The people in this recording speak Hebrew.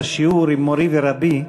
בשיעור עם מורי ורבי,